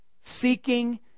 Seeking